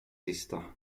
sista